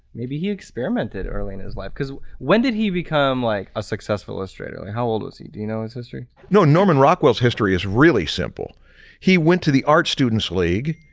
maybe he experimented early in his life. because when did he become like a successful illustrator? how old was he? do you know his history? marshall no, norman rockwell's history is really simple he went to the art students league,